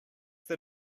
that